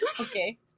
Okay